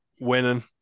winning